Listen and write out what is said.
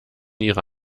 ihre